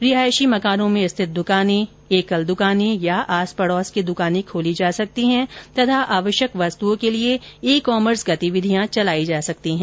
रिहायशी मकानों में स्थित द्कानें एकल दुकानें या आस पड़ौस की दुकानें खोली जा सकती हैं तथा आवश्यक वस्तुओं के लिए ई कॉमर्स गतिविधियां चलायी जा सकती है